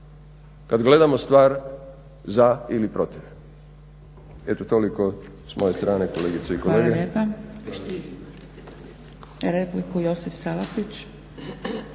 kada gledamo stvar za ili protiv. Eto toliko s moje strane kolegice i kolege. **Zgrebec, Dragica (SDP)** Replika Josip Salapić.